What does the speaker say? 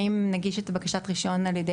האם נגיש את בקשת הרישיון בעצם על ידי